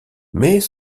mais